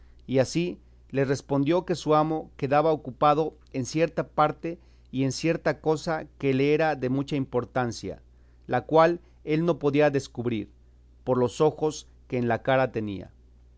y así les respondió que su amo quedaba ocupado en cierta parte y en cierta cosa que le era de mucha importancia la cual él no podía descubrir por los ojos que en la cara tenía